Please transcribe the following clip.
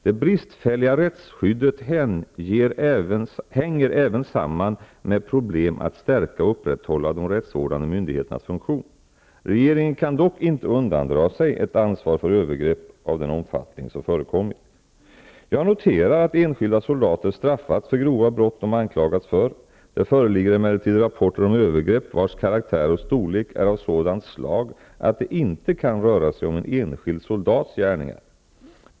Det bristfälliga rättsskyddet hänger även samman med problem att stärka och upprätthålla de rättsvårdande myndigheternas funktion. Regeringen kan dock inte undandra sig ett ansvar för övergrepp av den omfattning som förekommit. Jag noterar att enskilda soldater straffats för grova brott de anklagats för. Det föreligger emellertid rapporter om övergrepp, vars karaktär och storlek är av sådant slag att det inte kan röra sig om en enskild soldats gärningar.